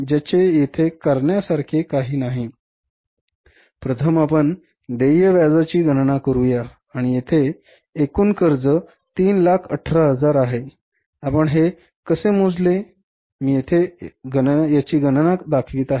ज्याचे येथे करण्यासारखे काही नाही प्रथम आपण देय व्याजाची गणना करूया आणि येथे एकूण कर्ज 318000 आहे आपण हे कसे मोजले हे सांगू मी येथे याची गणना दाखवित आहे